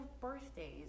birthdays